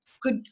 good